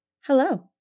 Hello